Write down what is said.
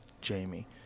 Jamie